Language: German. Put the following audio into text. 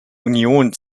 union